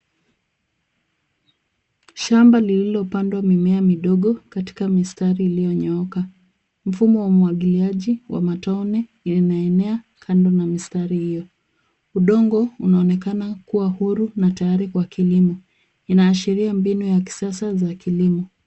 Shamba liliopandwa mimea midogo katika mistari iliyonyooka. Mfumo wa umwagiliaji wa matone inaenea kando na mistari hio. Udongo unaonekana kuwa huru na tayari kwa kilimo. Inaashiria mbinu ya kisasa za kilimo.